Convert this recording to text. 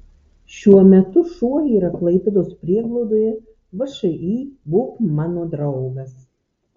šiuo metu šuo yra klaipėdos prieglaudoje všį būk mano draugas